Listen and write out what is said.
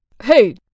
Hey